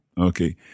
Okay